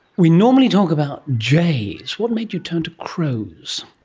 we normally talk about jays. what made you turn to crows?